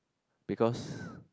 because